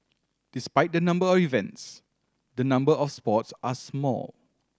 despite the number of events the number of sports are small